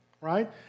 right